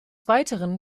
weiteren